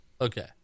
okay